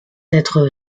être